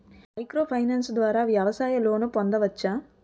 Micro finance ద్వారా వ్యవసాయ loan పొందవచ్చా?